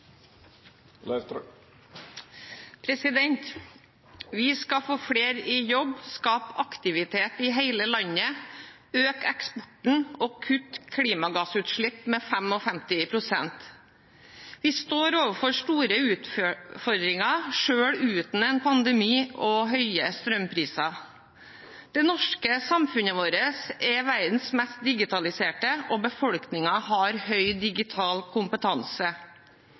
sektor. Vi skal få flere i jobb, skape aktivitet i hele landet, øke eksporten og kutte klimagassutslipp med 55 pst. Vi står overfor store utfordringer, selv uten en pandemi og høye strømpriser. Det norske samfunnet er verdens mest digitaliserte, og befolkningen har høy digital kompetanse.